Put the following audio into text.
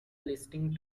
listening